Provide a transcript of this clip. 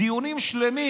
דיונים שלמים.